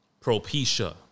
Propecia